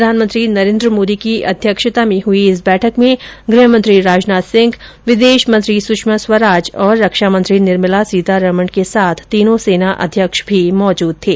प्रधानमंत्री नरेन्द्र मोदी की अध्यक्षता में हुई इस बैठक में गृह मंत्री राजनाथ सिंह विदेश मंत्री सुषमा स्वराज और रक्षा मंत्री निर्मला सीतारमन के साथ तीनों र्सनाध्यक्ष भी मौजूद थे